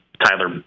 Tyler